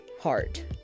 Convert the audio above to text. heart